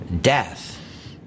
death